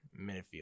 midfield